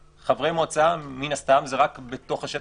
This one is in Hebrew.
חברי מועצה, מן הסתם, זה רק בתוך השטח המוגבל.